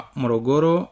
morogoro